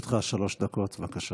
לרשותך שלוש דקות, בבקשה.